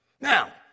Now